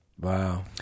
Wow